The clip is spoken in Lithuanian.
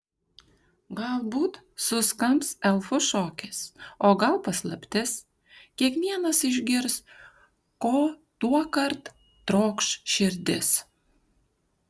galbūt suskambs elfų šokis o gal paslaptis kiekvienas išgirs ko tuokart trokš širdis